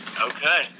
Okay